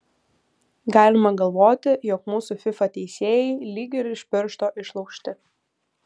galima galvoti jog mūsų fifa teisėjai lyg ir iš piršto išlaužti